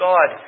God